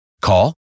Call